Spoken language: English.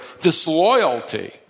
disloyalty